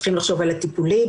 צריכים לחשוב על הטיפולים,